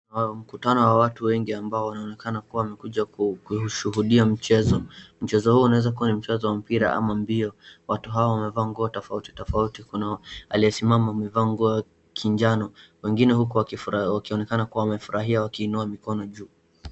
Mkutano wa watu wengi ambao wameonekana kuja kushuudia mchezo, Mchezo huu unaweza kuwa wa Mpira ama mbio, Watu hawa wamevaa nguo tofauti tofauti, Kuna aliyesimama amevalia nguo ya kinjano wengine huku wakionekana wakifurahia na wakiinua mkono juu.